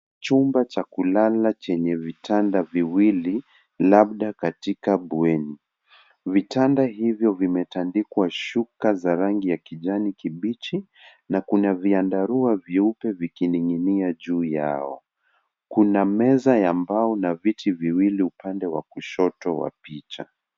Chumba cha kulala chenye vitanda viwili labda katika bweni. Vitanda hivyo vimetandikwa shuka za rangi ya kijani kibichi na kuna vyandarua vyeupe vikining'inia juu yao. Kuna meza na viti viwili upande wa kushoto wa picha.